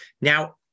Now